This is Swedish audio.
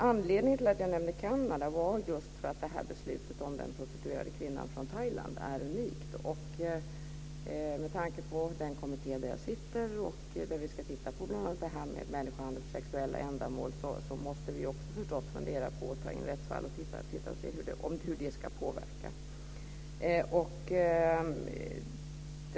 Anledningen till att jag nämnde Kanada var just att beslutet om den prostituerade kvinnan från Thailand är unikt. Jag sitter ju i en kommitté där vi bl.a. ska titta på människohandel för sexuella ändamål, och då måste vi förstås fundera på och ta in rättsfall och se hur de ska påverka.